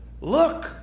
Look